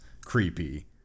creepy